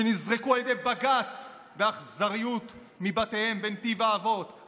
שנזרקו על ידי בג"ץ באכזריות מבתיהם בנתיב האבות,